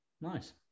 nice